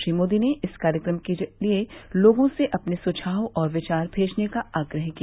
श्री मोदी ने इस कार्यक्रम के लिए लोगों से अपने सुझाव और विचार भेजने का आग्रह किया